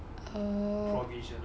oh